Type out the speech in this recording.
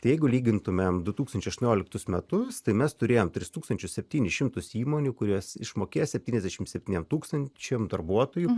jeigu lygintumėme du tukstančiai aštuonoliktus metus tai mes turėjome tris tūkstančius septynis šimtus įmonių kurios išmokės septyniasdešimt septyniem tūkstančiam darbuotojų